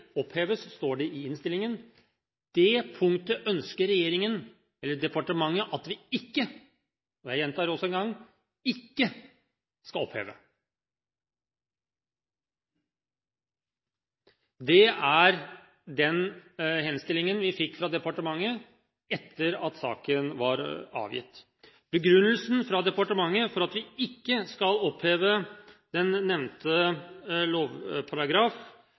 oppheves.» Dette punktet ønsker regjeringen, eller departementet, at vi ikke – og jeg gjentar også det en gang – ikke skal oppheve. Det er den henstillingen vi fikk fra departementet etter at innstillingen var avgitt. Begrunnelsen fra departementet for at vi ikke skal oppheve den nevnte lovparagraf,